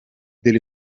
del